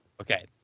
Okay